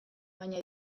baina